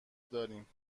داریم